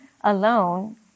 alone